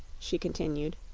she continued.